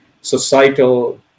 societal